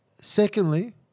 Secondly